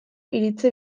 iritsi